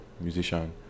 musician